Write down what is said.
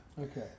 Okay